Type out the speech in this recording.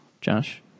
Josh